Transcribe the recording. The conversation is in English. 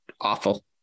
awful